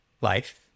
life